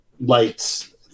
lights